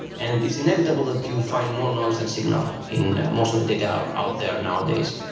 and it's inevitable that you find more noise than signal in most of the data out there nowadays.